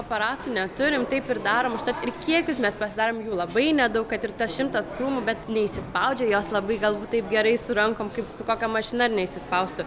aparatų neturim taip ir darom užtat ir kiekius mes pasidarom jų labai nedaug kad ir tas šimtas krūmų bet neįsispaudžia jos labai galbūt taip gerai su rankom kaip su kokia mašina ar ne įsispaustų